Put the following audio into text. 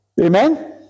Amen